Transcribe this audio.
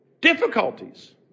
difficulties